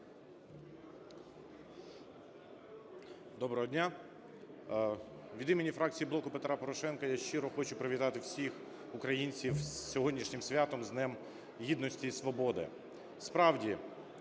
Доброго дня! Від імені фракції "Блоку Петра Порошенка" я щиро хочу привітати всіх українців з сьогоднішнім святом – з Днем Гідності і Свободи!